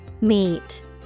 Meet